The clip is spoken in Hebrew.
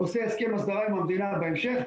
עושה הסכם הסדרה עם המדינה בהמשך,